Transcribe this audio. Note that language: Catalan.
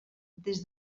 des